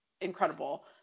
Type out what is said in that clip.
incredible